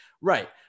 Right